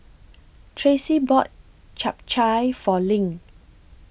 Tracie bought Chap Chai For LINK